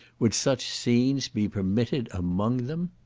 would such scenes be permitted among them?